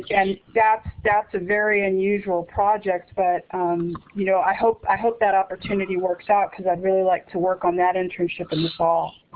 and that's that's a very unusual project, but you know i hope i hope that opportunity works out because i'd really like to work on that internship in the fall.